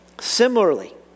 Similarly